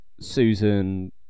Susan